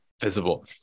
visible